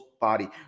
body